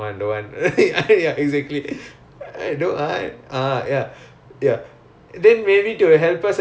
I want don't want I want don't want I want I don't want I want I want all that shit okay K K